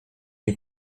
nie